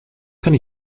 kann